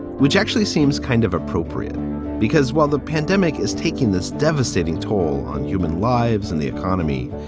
which actually seems kind of appropriate because while the pandemic is taking this devastating toll on human lives and the economy,